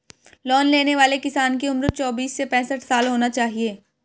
loan लेने वाले किसान की उम्र चौबीस से पैंसठ साल होना चाहिए